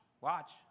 watch